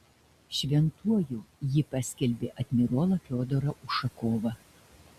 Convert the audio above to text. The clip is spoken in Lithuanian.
šventuoju ji paskelbė admirolą fiodorą ušakovą